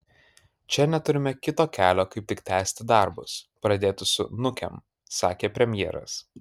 čia neturime kito kelio kaip tik tęsti darbus pradėtus su nukem sakė premjeras